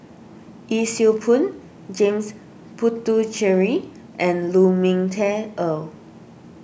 Yee Siew Pun James Puthucheary and Lu Ming Teh Earl